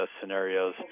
scenarios